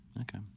Okay